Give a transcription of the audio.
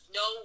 no